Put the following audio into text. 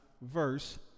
verse